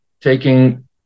taking